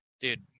dude